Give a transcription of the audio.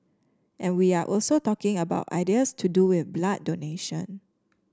and we are also talking about ideas to do with blood donation